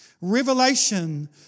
Revelation